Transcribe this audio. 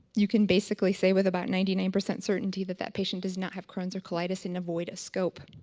you can basically say with about ninety nine percent certainty that that patient does not have crohn's or colitis and avoid a scope.